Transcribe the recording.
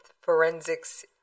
forensics